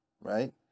Right